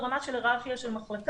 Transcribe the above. ברמה של היררכיה של מחלקה.